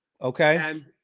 Okay